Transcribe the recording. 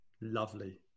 Lovely